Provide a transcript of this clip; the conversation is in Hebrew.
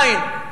איִן.